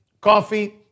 Coffee